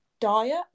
diet